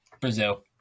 Brazil